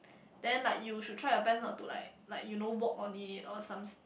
then like you should try your best not to like like you know walk on it or some s~